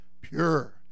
pure